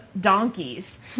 donkeys